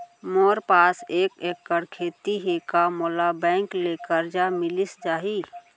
मोर पास एक एक्कड़ खेती हे का मोला बैंक ले करजा मिलिस जाही?